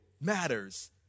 matters